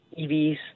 EVs